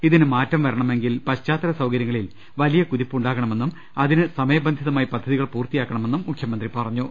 ഇതിന് മാറ്റം വരണമെങ്കിൽ പശ്ചാത്തല സൌക രൃങ്ങളിൽ വലിയ കുതിപ്പ് ഉണ്ടാകണമെന്നും അതിന് സമയബന്ധി തമായി പദ്ധതികൾ പൂർത്തിയാക്കണമെന്നും മുഖ്യമന്ത്രി പറഞ്ഞു